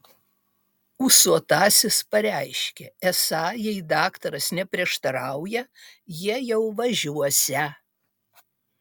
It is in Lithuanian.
ūsuotasis pareiškė esą jei daktaras neprieštarauja jie jau važiuosią